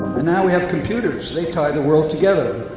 now we have computers. they tie the world together.